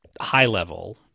high-level